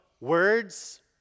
words